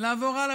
לעבור הלאה,